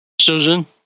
Susan